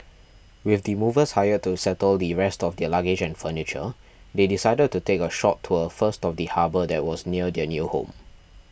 with the movers hired to settle the rest of their luggage and furniture they decided to take a short tour first of the harbour that was near their new home